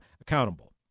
accountable